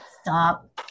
Stop